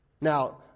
Now